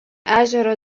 ežero